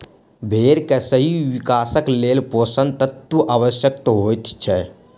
भेंड़ के सही विकासक लेल पोषण तत्वक आवश्यता होइत छै